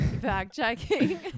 fact-checking